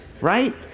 right